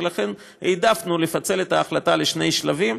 ולכן העדפנו לפצל את ההחלטה לשני שלבים,